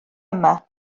yma